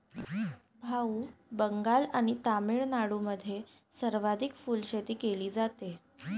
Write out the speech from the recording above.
भाऊ, बंगाल आणि तामिळनाडूमध्ये सर्वाधिक फुलशेती केली जाते